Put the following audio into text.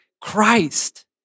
Christ